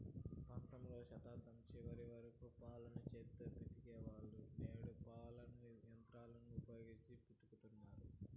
పంతొమ్మిదవ శతాబ్దం చివరి వరకు పాలను చేతితో పితికే వాళ్ళు, నేడు పాలను యంత్రాలను ఉపయోగించి పితుకుతన్నారు